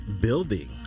building